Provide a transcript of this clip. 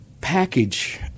package